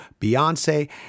Beyonce